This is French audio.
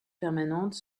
permanente